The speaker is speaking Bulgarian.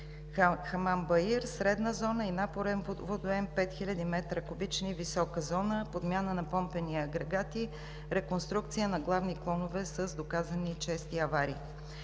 „Хамамбаир“ – средна зона и напорен водоем 5000 куб. м висока зона; - подмяна на помпени агрегати; - реконструкция на главни клонове с доказани чести аварии.